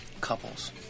Couples